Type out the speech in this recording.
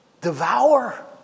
devour